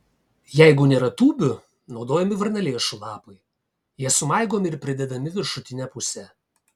jeigu nėra tūbių naudojami varnalėšų lapai jie sumaigomi ir pridedami viršutine puse